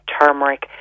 turmeric